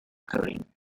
coding